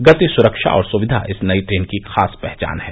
गति सुरक्षा और सुविघा इस नई ट्रेन की खास पहचान है